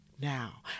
now